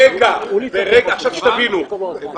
תאמין לי שהבנו.